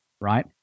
right